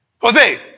Jose